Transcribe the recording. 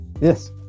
Yes